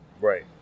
Right